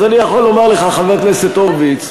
אז אני יכול לומר לך, חבר הכנסת הורוביץ,